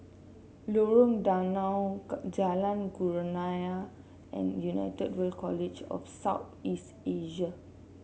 Lorong Danau Jalan Kurnia and United World College of South East Asia